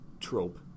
trope